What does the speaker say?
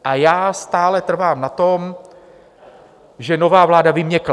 A já stále trvám na tom, že nová vláda vyměkla.